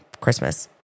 Christmas